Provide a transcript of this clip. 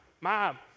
mom